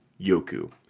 Yoku